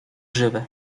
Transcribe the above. żywe